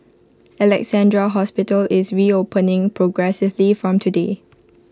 Alexandra hospital is reopening progressively from today